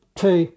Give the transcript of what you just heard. two